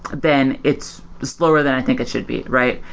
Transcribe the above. then it's slower than i think it should be. right?